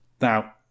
Now